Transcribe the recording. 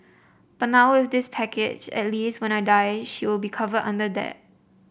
but now with this package at least when I die she will be covered under that